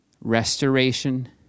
restoration